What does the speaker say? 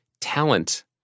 Talent